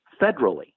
federally